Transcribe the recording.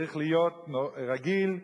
צריכה להיות רגילה,